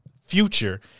future